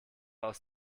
aus